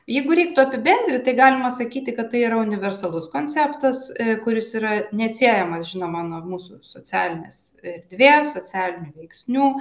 jeigu reiktų apibendrint tai galima sakyti kad tai yra universalus konceptas kuris yra neatsiejamas žinoma nuo mūsų socialinės erdvės socialinių veiksnių